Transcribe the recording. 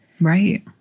Right